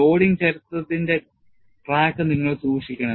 loading ചരിത്രത്തിന്റെ track നിങ്ങൾ സൂക്ഷിക്കണം